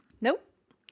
nope